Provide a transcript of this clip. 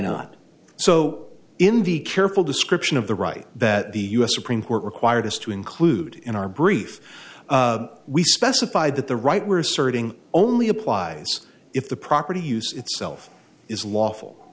not so in the careful description of the right that the us supreme court required us to include in our brief we specified that the right were asserting only applies if the property use itself is lawful